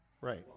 Right